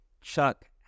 Chuck